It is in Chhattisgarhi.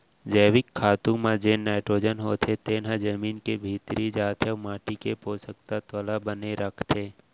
जैविक खातू म जेन नाइटरोजन होथे तेन ह जमीन के भीतरी जाथे अउ माटी के पोसक तत्व ल बने राखथे